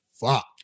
fuck